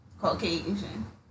Caucasian